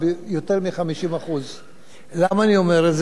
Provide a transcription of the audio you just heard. כי נוח לנו לדבר על הסברה,